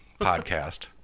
podcast